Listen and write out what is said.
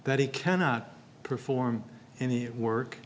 that he cannot perform any work